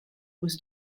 was